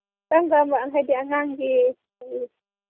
ꯀꯔꯝ ꯀꯔꯝꯕ ꯍꯥꯏꯗꯤ ꯑꯉꯥꯡꯒꯤ ꯎꯝ